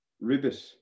Ribbit